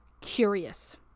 curious